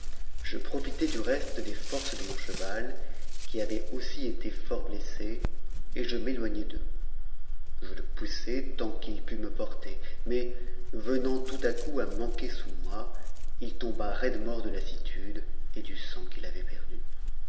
je profitai du reste des forces de mon cheval qui avait aussi été fort blessé et je m'éloignai d'eux je le poussai tant qu'il put me porter mais venant tout à coup à manquer sous moi il tomba raide mort de lassitude et du sang qu'il avait perdu